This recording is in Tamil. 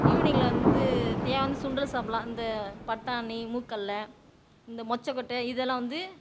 ஈவினிங்ல வந்து தேவை இருந்தால் சுண்டல் சாப்பிடலாம் இந்த பட்டாணி மூக்கடல்ல இந்த மொச்சை கொட்டை இதெல்லாம் வந்து